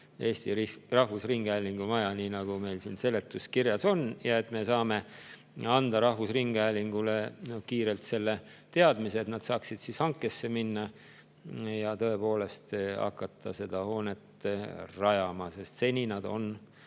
Eesti Rahvusringhäälingu maja, nii nagu meil siin seletuskirjas on, ja et me saame anda rahvusringhäälingule kiirelt teadmise, et nad saavad hankesse minna ja tõepoolest hakata seda hoonet rajama. Seni nad on